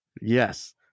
Yes